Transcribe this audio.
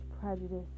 prejudice